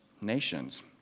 nations